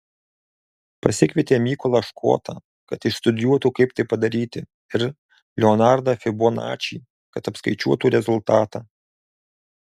pasikvietė mykolą škotą kad išstudijuotų kaip tai padaryti ir leonardą fibonačį kad apskaičiuotų rezultatą